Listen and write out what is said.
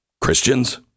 Christians